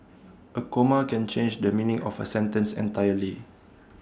A comma can change the meaning of A sentence entirely